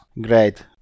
great